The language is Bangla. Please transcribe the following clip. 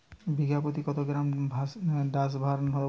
বিঘাপ্রতি কত গ্রাম ডাসবার্ন দেবো?